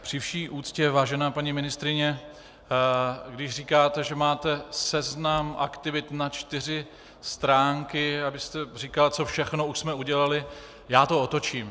Při vší úctě, vážená paní ministryně, když říkáte, že máte seznam aktivit na čtyři stránky, a vy jste říkala, co všechno už jsme udělali, já to otočím.